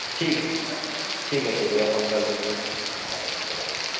ٹھیک ہے ٹھیک ہے شکریہ فون کرنے کے لیے و علیکم السلام